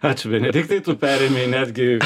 ačiū benediktai tu perėmei netgi